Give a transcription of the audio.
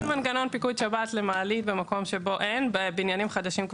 --- מנגנון פיקוד שבת למעלית למקום שבו אין בבניינים החדשים,